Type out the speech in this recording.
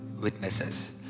witnesses